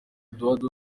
eduardo